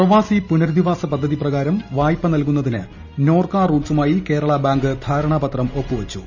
പ്രവാസി പുനരധിവാസ പദ്ധതി പ്രകാരം വായ്പ നൽകുന്നതിന് നോർക്ക റൂട്ട്സുമായി കേരള ബാങ്ക് ധാരണപത്രം ഒപ്പുവച്ചു